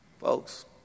Folks